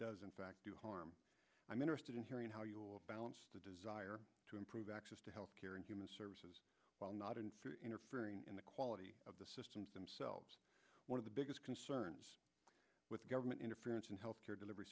does in fact do harm i'm interested in hearing how you will balance the desire to improve access to health care and human services while not interfering in the quality of the systems themselves one of the biggest concerns with government interference in health care delivery